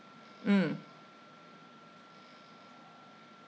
mm